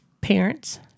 Parents